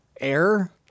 air